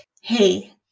hey